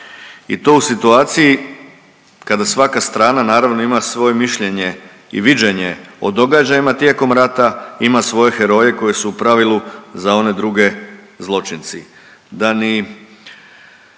i to u situaciji kada svaka strana, naravno, ima svoje mišljenje i viđenje o događajima tijekom rata, ima svoje heroje koji su u pravilu, za one druge zločinci.